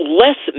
less